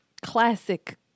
Classic